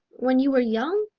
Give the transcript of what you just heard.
when you were young?